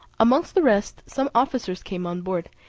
amongst the rest, some officers came on board,